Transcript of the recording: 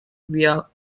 via